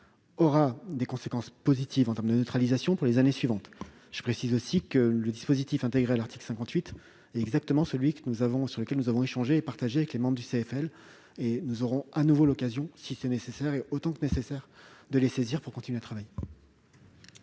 aussi des conséquences positives en matière de neutralisation pour les années suivantes. Je précise également que le dispositif intégré à l'article 58 est exactement celui sur lequel nous avons échangé avec les membres du Comité des finances locales, et nous aurons de nouveau l'occasion, si c'est nécessaire, et autant que nécessaire, de les saisir pour continuer le travail.